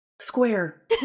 square